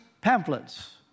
pamphlets